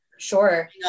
Sure